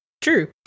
true